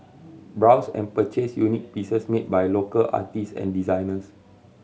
browse and purchase unique pieces made by local artist and designers